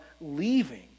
leaving